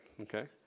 Okay